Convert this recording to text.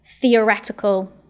theoretical